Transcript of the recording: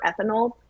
ethanol